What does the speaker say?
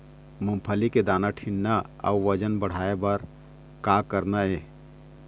मूंगफली के दाना ठीन्ना होय अउ वजन बढ़ाय बर का करना ये?